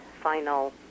final